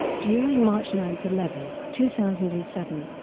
during march nine eleven, two thousand and seven,